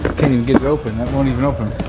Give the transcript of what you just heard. get it open. that won't even open.